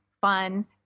fun